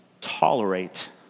tolerate